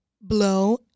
blow